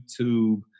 YouTube